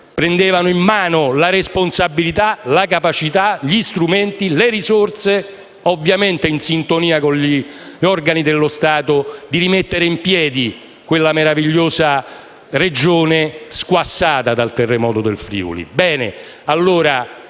prendevano in mano la responsabilità, la capacità, gli strumenti, le risorse, ovviamente in sintonia con gli organi dello Stato, per rimettere in piedi quella meravigliosa Regione squassata dal terremoto del Friuli. Se c'è